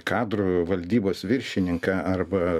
kadrų valdybos viršininką arba